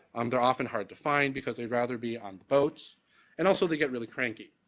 um they're often hard to find because they'd rather be on the boats and also they get really cranky.